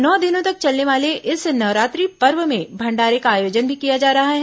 नौ दिनों तक चलने वाले इस नवरात्रि पर्व में भंडारे का आयोजन भी किया जा रहा है